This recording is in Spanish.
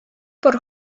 por